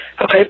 Okay